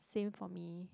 same for me